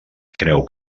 creu